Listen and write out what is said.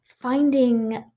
finding